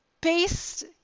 based